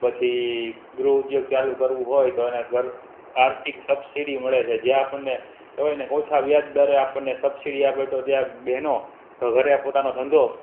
પછી ગૃહ ઉદ્યોગ ચાલુ કરવું હોય તો એને આર્થિક સબસીડી મળે છે જે આપણને કહેવાય ને કે ઓછા વ્યાજદરે આપણને સબસીડી આપે તો ત્યાં બહેનો ઘરે પોતાનો ધંધો